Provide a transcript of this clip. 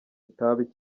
itabi